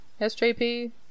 SJP